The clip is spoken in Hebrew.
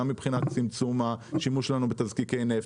גם מבחינת צמצום השימוש שלנו בתזקיקי נפט,